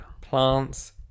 plants